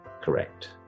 correct